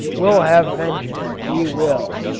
we'll have vengeance we will.